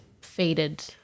faded